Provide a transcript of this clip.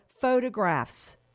photographs